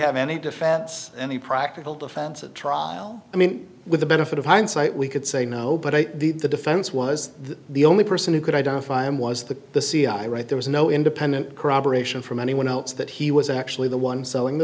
have any defense any practical defense at trial i mean with the benefit of hindsight we could say no but i did the defense was the only person who could identify him was the the cia right there was no independent corroboration from anyone else that he was actually the one selling the